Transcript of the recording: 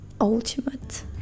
ultimate